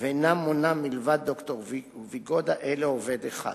ואינה מונה, מלבד ד"ר ויגודה, אלא עובד אחד.